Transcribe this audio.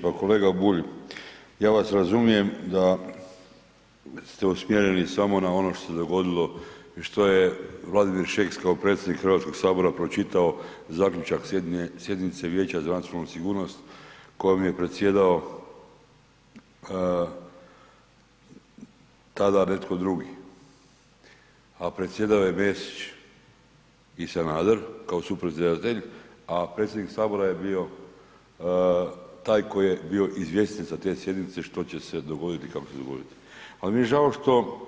Pa kolega Bulj, ja vas razumijem da ste usmjereni samo na ono što se dogodilo i što je Vladimir Šeks kao predsjednik Hrvatskog sabora pročitao zaključak sjednice Vijeća za nacionalnu sigurnost kojom je predsjedao tada netko drugi a predsjedao je Mesić i Sanader kao supredsjedatelj a predsjednik Sabor je bio taj koji je bio izvjestitelj sa te sjednice što će se dogoditi i kako će se dogoditi ali mi je žao što